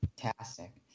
fantastic